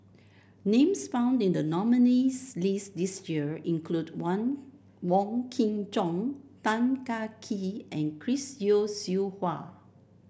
names found in the nominees' list this year include Wang Wong Kin Jong Tan Kah Kee and Chris Yeo Siew Hua